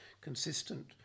consistent